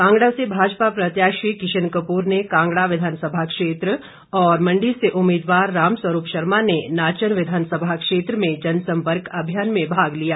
कांगड़ा से भाजपा प्रत्याशी किशन कपूर ने कांगड़ा विधानसभा क्षेत्र और मंडी से उम्मीदवार रामस्वरूप शर्मा ने नाचन विधानसभा क्षेत्र में जनसंपर्क अभियान में भाग लिया